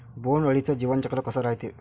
बोंड अळीचं जीवनचक्र कस रायते?